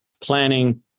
planning